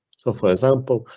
so for example,